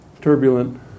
turbulent